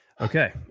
Okay